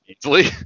Easily